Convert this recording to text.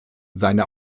seine